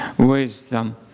Wisdom